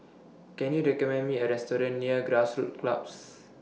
Can YOU recommend Me A Restaurant near Grassroots Club